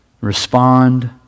Respond